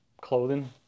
clothing